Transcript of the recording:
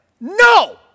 No